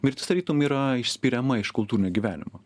mirtis tarytum yra išspiriama iš kultūrinio gyvenimo